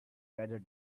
rather